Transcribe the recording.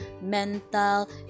mental